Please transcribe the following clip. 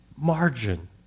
margin